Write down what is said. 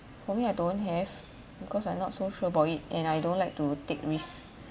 for me I don't have because I'm not so sure about it and I don't like to take risks